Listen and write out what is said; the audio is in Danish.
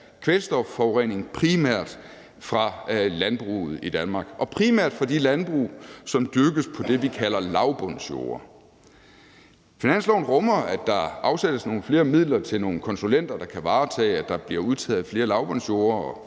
kvælstofforurening primært fra landbruget i Danmark og primært fra de landbrug, som dyrkes på det, vi kalder lavbundsjorder. Finansloven rummer, at der afsættes nogle flere midler til nogle konsulenter, der kan varetage, at der bliver udtaget flere lavbundsjorder,